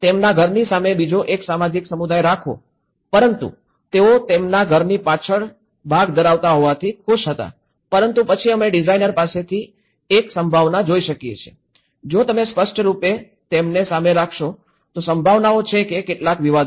તેમના ઘરની સામે બીજો એક સામાજિક સમુદાય રાખવો પરંતુ તેઓ તેમના ઘરની પાછળ ભાગ ધરાવતા હોવાથી ખુશ હતા પરંતુ પછી અમે ડિઝાઇનર પાસેથી એક સંભાવના જોઇ શકીએ છીએ જો તમે સ્પષ્ટ રૂપે તેમને સામે રાખશો તો સંભાવનાઓ છે કે કેટલાક વિવાદો થાય